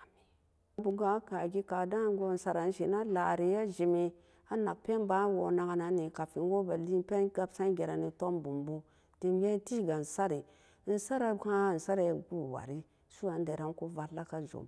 amin. pen boo ga ka gee ka da gon sara kan sen a lari a jemi a nak pen ban a woo leben nan ni ka min woo gabsen jeree nee tom boom bu dem ga'an tee ga e sari e saree an e sa bee guo wari su'uandaran ku valla ka jum